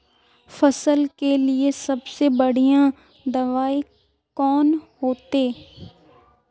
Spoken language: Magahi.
फसल के लिए सबसे बढ़िया दबाइ कौन होते?